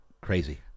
Crazy